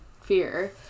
fear